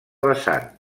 vessant